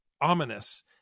ominous